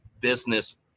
business